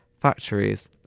factories